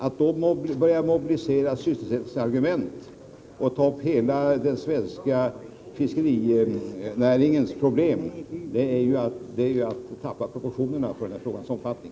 Att då börja mobilisera sysselsättningsargument och ta upp hela den svenska fiskerinäringens problem är att sakna sinne för proportioner när det gäller frågans omfattning.